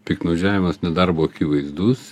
piktnaudžiavimas nedarbu akivaizdus